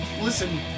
Listen